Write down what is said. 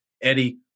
Eddie